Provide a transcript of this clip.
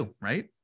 right